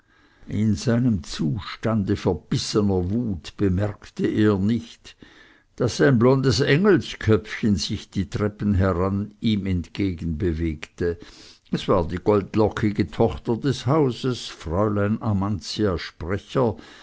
in seinem zustande verbissener wut bemerkte er nicht daß ein blondes engelsköpfchen sich die treppen heran ihm entgegenbewegte es war die goldlockige tochter des hauses fräulein amantia sprecher